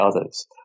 others